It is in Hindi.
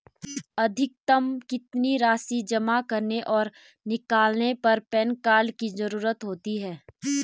अधिकतम कितनी राशि जमा करने और निकालने पर पैन कार्ड की ज़रूरत होती है?